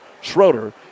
Schroeder